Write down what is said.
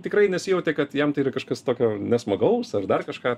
tikrai nesijautė kad jam tai yra kažkas tokio nesmagaus ar dar kažką